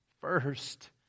first